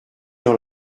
dans